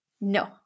no